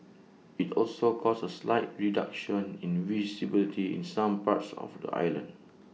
IT also caused A slight reduction in visibility in some parts of the island